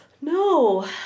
No